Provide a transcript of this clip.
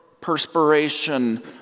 perspiration